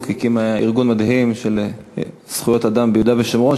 הקימה ארגון מדהים לזכויות אדם ביהודה ושומרון,